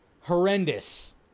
horrendous